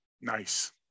nice